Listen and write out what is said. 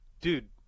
dude